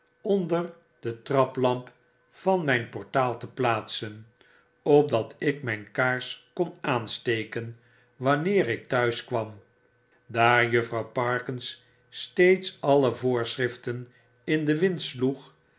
onder de traplamp van mijn portaal te plaatsen opdat ik myn kaars kon aansteken wanneer ik t'huiskwam daar juifrouw parkins steeds alle voorschriften in den wind sloeg